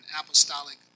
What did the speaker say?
apostolic